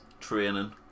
training